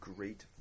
Great